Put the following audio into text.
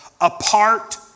apart